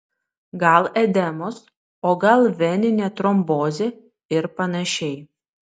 gal edemos o gal veninė trombozė ir panašiai